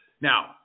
Now